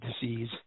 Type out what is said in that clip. disease